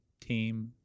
team